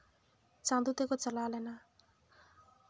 ᱪᱟᱸᱫᱚ ᱛᱮᱠᱚ ᱪᱟᱞᱟᱣ ᱞᱮᱱᱟ